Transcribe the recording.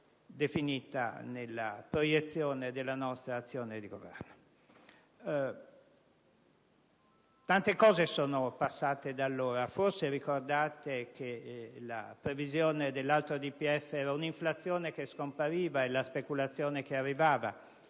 definita nella proiezione della nostra azione di governo. Tante cose sono passate da allora. Forse ricordate che la previsione dell'altro DPEF era un'inflazione che scompariva e la speculazione che arrivava.